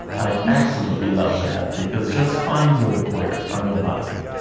i absolutely love that because just find your equator on your body.